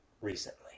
recently